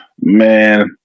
man